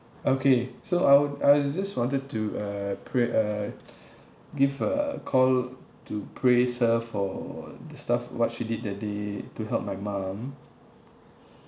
okay so I would I just wanted to uh create uh give a call to praise her for the stuff what she did that day to help my mum